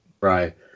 Right